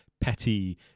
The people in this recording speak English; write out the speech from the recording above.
petty